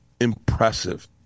impressive